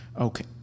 Okay